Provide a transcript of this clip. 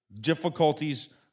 Difficulties